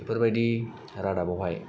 बेफोर बायदि रादाबावहाय